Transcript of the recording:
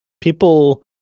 people